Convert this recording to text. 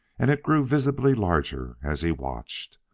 and it grew visibly larger as he watched.